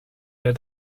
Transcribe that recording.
der